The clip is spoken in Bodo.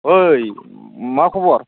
ओइ मा खबर